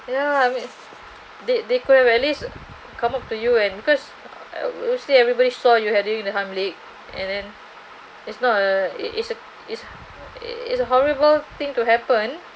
you know I mean they they could have at least come up to you and cause usually everybody saw you had doing the heimlich and then it's not a it is a is a is a horrible thing to happen